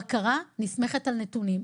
בקרה נסמכת על נתונים.